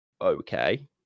okay